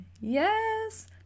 Yes